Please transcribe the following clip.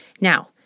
Now